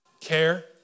Care